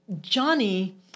Johnny